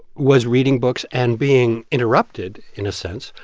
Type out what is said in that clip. was reading books and being interrupted, in a sense,